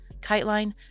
KiteLine